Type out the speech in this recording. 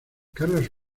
carlos